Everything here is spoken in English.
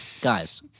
guys